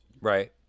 right